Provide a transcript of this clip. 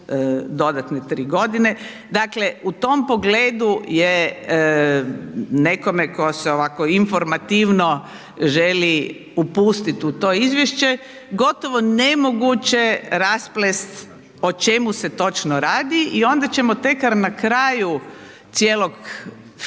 dodatne tri godine, dakle, u tom pogledu je nekome tko se ovako informativno želi upustit u to izvješće, gotovo nemoguće rasplest o čemu se točno radi i onda ćemo tek na kraju cijelog